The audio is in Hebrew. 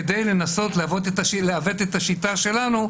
כדי לנסות לעוות את השיטה שלנו,